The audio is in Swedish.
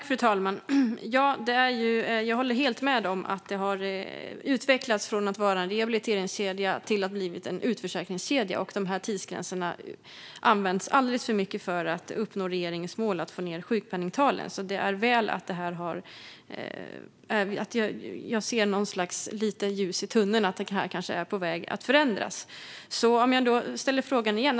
Fru talman! Jag håller helt med om att detta har utvecklats från att vara en rehabiliteringskedja till att bli en utförsäkringskedja. Tidsgränserna används alldeles för mycket för att uppnå regeringens mål att få ned sjukpenningtalen, så det är väl att se något slags litet ljus i tunneln. Det kanske är på väg att förändras. Jag ställer frågan igen.